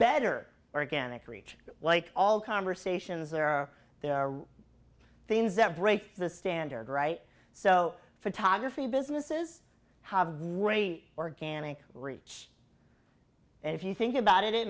better organic reach like all conversations are there are things that break the standard right so photography businesses have a very organic reach and if you think about it it